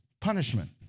punishment